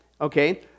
Okay